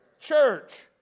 church